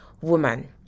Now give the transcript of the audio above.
woman